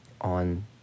on